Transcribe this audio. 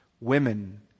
women